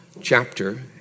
chapter